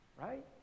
right